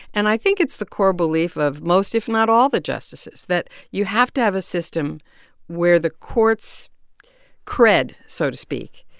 and i think it's the core belief of most, if not all, the justices that you have to have a system where the court's cred, so to speak,